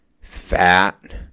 fat